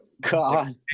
god